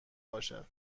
باشد